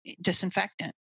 disinfectant